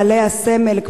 בעלי הסמל,